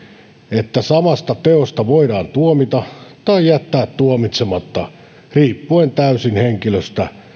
että samasta teosta voidaan tuomita tai jättää tuomitsematta riippuen täysin henkilöstä